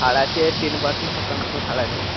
ছাড় আছে ten percent শতাংশ ছাড় আছে